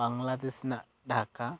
ᱵᱟᱝᱞᱟᱫᱮᱥ ᱨᱮᱱᱟᱜ ᱰᱷᱟᱠᱟ